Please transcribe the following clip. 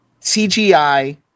CGI